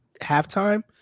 halftime